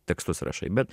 tekstus rašai bet